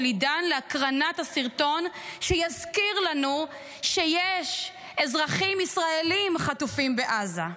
עידן להקרנת הסרטון שיזכיר לנו שיש אזרחים ישראלים חטופים בעזה.